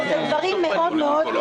על דברים מאוד מאוד קשים.